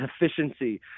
efficiency